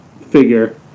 figure